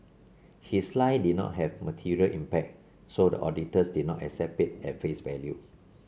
his lie did not have material impact so the auditors did not accept it at face value